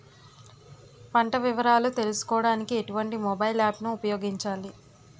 పంట వివరాలు తెలుసుకోడానికి ఎటువంటి మొబైల్ యాప్ ను ఉపయోగించాలి?